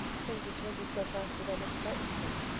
things are changing so fast it almost frightens me,